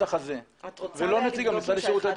הנוסח הזה ולא נציג המשרד לשירותי דת.